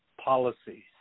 policies